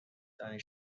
ترین